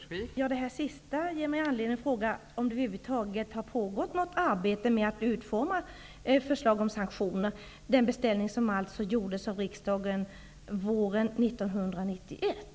Fru talman! Det statsrådet nu sade ger mig anledning att fråga om det över huvud taget har pågått något arbete med att utforma ett förslag om sanktioner, den beställning som alltså gjordes av riksdagen våren 1991.